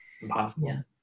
impossible